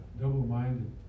double-minded